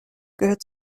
gehört